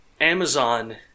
Amazon